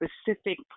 specific